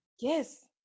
yes